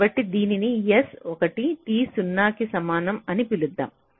కాబట్టి దీనిని s1 t 2 కి సమానం అని పిలుద్దాం